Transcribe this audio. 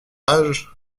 âge